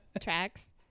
Tracks